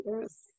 Yes